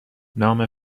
نام